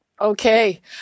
Okay